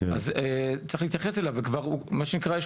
אז צריך להתייחס אליו וכבר הוא מה שנקרא יש